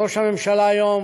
ראש הממשלה היום